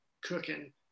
cooking